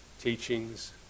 teachings